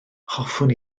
hoffwn